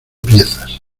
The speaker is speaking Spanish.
piezas